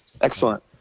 Excellent